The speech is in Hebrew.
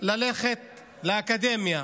ללכת לאקדמיה.